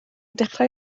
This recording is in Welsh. dechrau